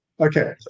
okay